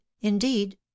indeed